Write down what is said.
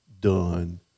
done